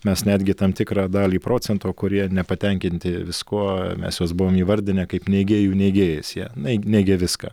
mes netgi tam tikrą dalį procento kurie nepatenkinti viskuo mes juos buvom įvardinę kaip neigėjų neigėjas jie naig negė viską